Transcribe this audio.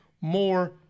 more